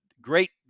Great